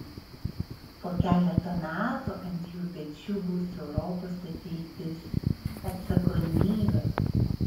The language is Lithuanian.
po keleto metų ant jų pečių guls europos ateitis atsakomybė